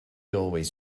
always